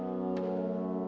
you know